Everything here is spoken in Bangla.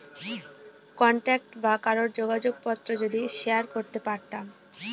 কন্টাক্ট বা কারোর যোগাযোগ পত্র যদি শেয়ার করতে পারতাম